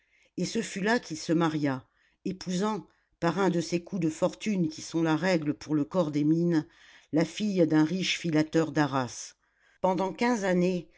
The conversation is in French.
et ce fut là qu'il se maria épousant par un de ces coups de fortune qui sont la règle pour le corps des mines la fille d'un riche filateur d'arras pendant quinze années